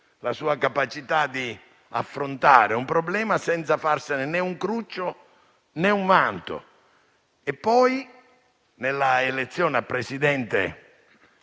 la sua capacità di affrontare un problema senza farsene un cruccio né un vanto. Poi, nella elezione a Presidente